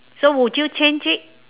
so would you change it